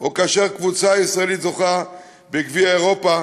או כאשר קבוצה ישראלית זוכה בגביע אירופה